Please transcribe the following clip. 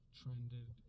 trended